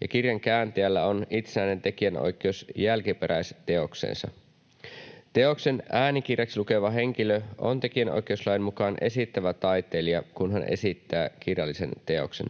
ja kirjan kääntäjällä on itsenäinen tekijänoikeus jälkiperäisteokseensa. Teoksen äänikirjaksi lukeva henkilö on tekijänoikeuslain mukaan esittävä taiteilija, kun hän esittää kirjallisen teoksen.